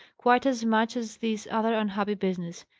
quite as much as this other unhappy business.